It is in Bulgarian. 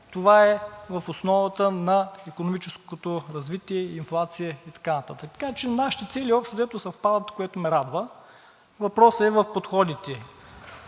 това е в основата на икономическото развитие, инфлация и така нататък. Така че нашите цели, общо взето, съвпадат, което ме радва. Въпросът е в подходите.